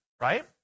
right